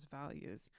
values